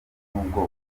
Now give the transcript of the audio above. n’ubwoko